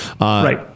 Right